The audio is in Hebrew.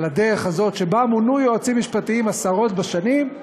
על הדרך הזאת שבה מונו יועצים משפטיים עשרות בשנים,